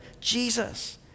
Jesus